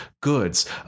goods